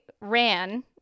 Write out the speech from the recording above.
ran